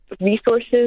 resources